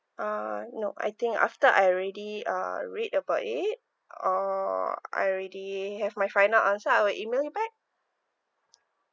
uh no I think after I already uh read about it or I already have my final answer I will email you back